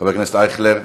חבר הכנסת אייכלר,